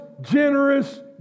generous